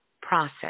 process